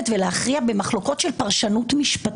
ולהכריע במחלוקות של פרשנות משפטית?